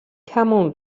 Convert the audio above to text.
camel